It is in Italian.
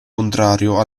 contrario